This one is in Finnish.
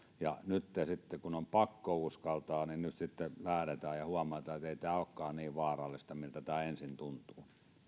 ja nytten sitten kun on pakko uskaltaa lähdetään ja huomataan että ei tämä olekaan niin vaarallista kuin miltä tämä ensin tuntuu